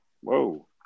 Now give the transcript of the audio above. Whoa